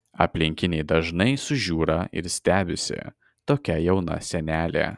aplinkiniai dažnai sužiūra ir stebisi tokia jauna senelė